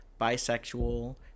bisexual